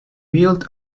billed